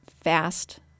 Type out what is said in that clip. fast